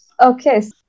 Okay